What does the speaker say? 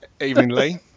Evenly